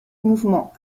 mouvement